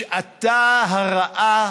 בשעתה הרעה,